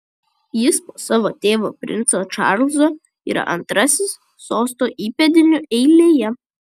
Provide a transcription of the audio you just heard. jis po savo tėvo princo čarlzo yra antrasis sosto įpėdinių eilėje